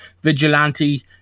vigilante